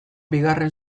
bigarren